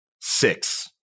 six